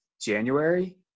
January